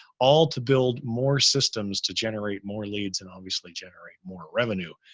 all to build more systems to generate more leads and obviously generate more revenue.